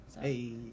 Hey